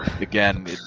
Again